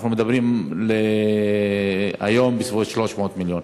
אנחנו מדברים היום על סביבות 300 מיליון,